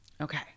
Okay